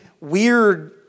weird